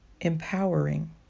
empowering